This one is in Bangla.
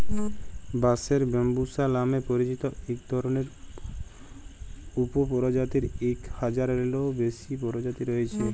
বাঁশের ব্যম্বুসা লামে পরিচিত ইক ধরলের উপপরজাতির ইক হাজারলেরও বেশি পরজাতি রঁয়েছে